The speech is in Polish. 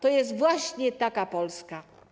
To jest właśnie taka Polska.